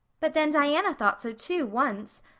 but then diana thought so too, once.